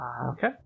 okay